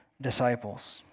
disciples